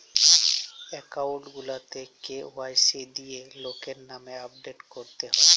account গুলাকে KYC দিঁয়ে লকের লামে আপডেট ক্যরতে হ্যয়